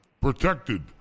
protected